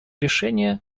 решения